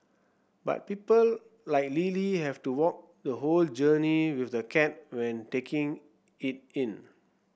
but people like Lily have to walk the whole journey with the cat when taking it in